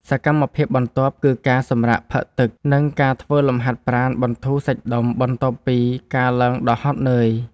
សកម្មភាពបន្ទាប់ គឺការសម្រាកផឹកទឹក និងការធ្វើលំហាត់ប្រាណបន្ធូរសាច់ដុំបន្ទាប់ពីការឡើងដ៏ហត់នឿយ។